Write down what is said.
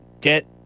get